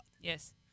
Yes